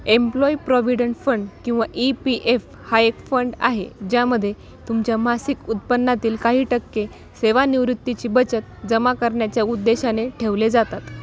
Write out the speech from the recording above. employee provident fund किंवा E P F हा एक फंड आहे ज्यामध्ये तुमच्या मासिक उत्पन्नातील काही टक्के सेवानिवृत्तीची बचत जमा करण्याच्या उद्देशाने ठेवले जातात